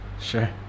sure